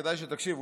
כדאי שתקשיב,